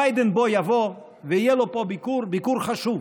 ביידן בוא יבוא, ויהיה לו פה ביקור, ביקור חשוב.